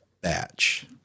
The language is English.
batch